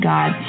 God